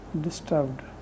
disturbed